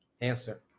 Answer